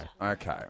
Okay